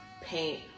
paint